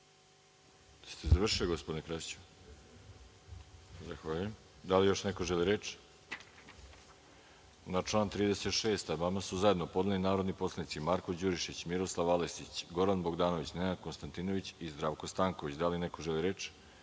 Jeste li završili gospodine Krasiću? Zahvaljujem. Da li se još neko za reč? (Ne.)Na član 36. amandman su zajedno podneli narodni poslanici Marko Đurišić, Miroslav Aleksić, Goran Bogdanović, Nenad Konstantinović i Zdravko Stanković. Da li se neko želi reč?